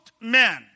men